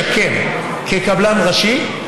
"המשקם" כקבלן ראשי,